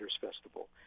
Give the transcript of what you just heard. festival